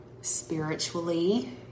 spiritually